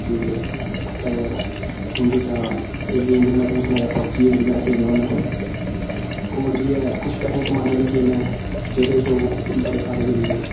ते उंदे चा एह् गेम जियां में तुसेंगी सनाया पबजी ऐ जेह्ड़ी में खेलना होन्ना होर बी ऐ कुछ पैहे कमाने आह्ली गेमां ऐ जेह्दे च लोक बड़े सारे